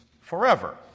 forever